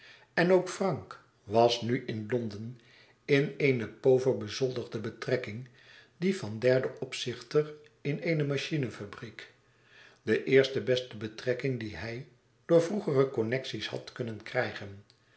en ook frank was nu in londen in eene poover bezoldigde betrekking die van derden opzichter in eene machinefabriek de eerste beste betrekking die hij door vroegere connecties had kunnen krijgen